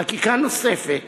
חקיקה נוספת